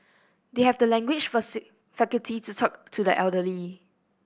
they have the language faculty to talk to the elderly